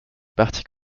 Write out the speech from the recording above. parti